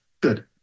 Good